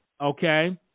Okay